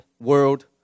world